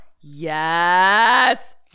Yes